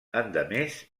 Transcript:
endemés